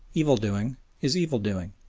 evil-doing is evil-doing,